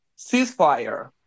ceasefire